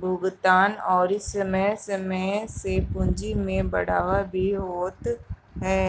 भुगतान अउरी समय समय से पूंजी में बढ़ावा भी होत ह